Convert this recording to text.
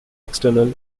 external